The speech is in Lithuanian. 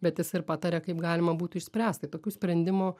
bet jis ir pataria kaip galima būtų išspręst tai tokių sprendimų